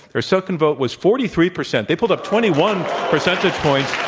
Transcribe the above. their second vote was forty three percent. they pulled up twenty one percentage points.